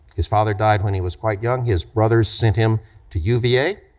his father died when he was quite young, his brothers sent him to uva,